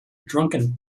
drunken